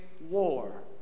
war